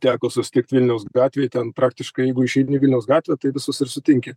teko susitikt vilniaus gatvėj ten praktiškai jeigu išeini vilniaus gatvę tai visus ir sutinki